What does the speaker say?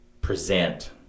present